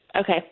okay